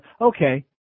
okay